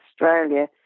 Australia